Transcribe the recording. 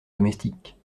domestiques